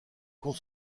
qu’on